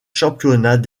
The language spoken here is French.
championnat